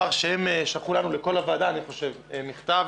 הם שלחו לנו לוועדה מכתב.